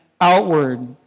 outward